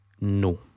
No